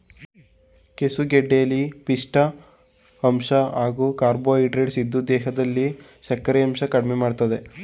ಕೆಸುಗೆಡ್ಡೆಲಿ ಪಿಷ್ಠ ಅಂಶ ಹಾಗೂ ಕಾರ್ಬೋಹೈಡ್ರೇಟ್ಸ್ ಇದ್ದು ದೇಹದಲ್ಲಿ ಸಕ್ಕರೆಯಂಶ ಕಡ್ಮೆಮಾಡ್ತದೆ